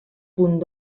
punt